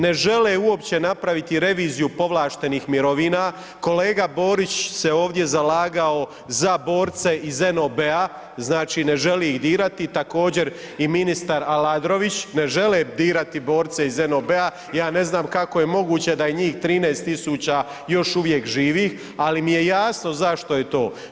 Ne žele uopće napraviti reviziju povlaštenih mirovina, kolega Borić se ovdje zalagao za borce ih NOB-a, znači ne želi ih dirati, također i ministar Aladrović ne žele dirati borce iz NOB-a, ja ne znam kako je moguće da je njih 13.000 još uvijek živih, ali mi je jasno zašto je to.